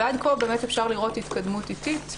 ועד כה באמת אפשר לראות התקדמות איטית.